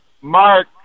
Mark